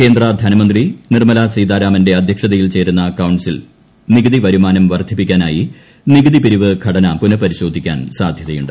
കേന്ദ്ര ധനമന്ത്രി നിർമ്മല സീതാരാമന്റെ അദ്ധ്യക്ഷതയിൽ ചേരുന്ന കൌൺസിൽ നികുതി വരുമാനം വർദ്ധിപ്പിക്കാനായി നികുതിപിരിവ് ഘടന പുനഃപരിശോധിക്കാൻ സാധ്യതയുണ്ട്